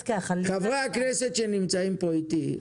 חברי הכנסת שנמצאים פה איתי,